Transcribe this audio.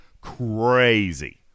crazy